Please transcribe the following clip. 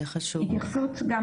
התייחסות גם,